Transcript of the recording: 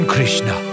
Krishna